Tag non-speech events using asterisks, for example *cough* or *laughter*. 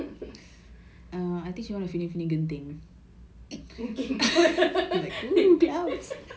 go singapore flyer but then aku takut kalau macam hujan nanti nampak apa sia awan semua gelap *laughs*